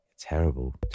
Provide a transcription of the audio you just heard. terrible